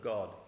God